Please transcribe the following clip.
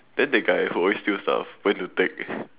then the guy who always steals stuff went to take